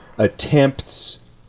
attempts